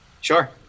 Sure